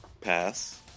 Pass